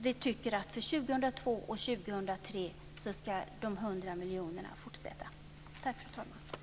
Vi tycker att de 100 miljonerna ska fortsätta att utbetalas för 2002 och